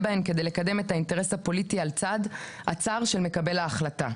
בהן כדי לקדם אינטרס פוליטי על הצד הצר של מקבל ההחלטה,